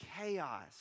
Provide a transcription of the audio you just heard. chaos